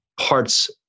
parts